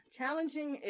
challenging